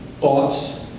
thoughts